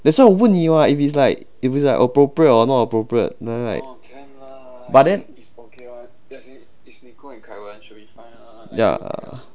that's why 我问你 [what] if it's like if it's like appropriate or not appropriate but then ya